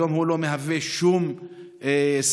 היום הוא לא מהווה שום סכנה.